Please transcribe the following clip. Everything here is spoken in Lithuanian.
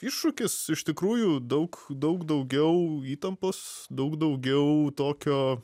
iššūkis iš tikrųjų daug daug daugiau įtampos daug daugiau tokio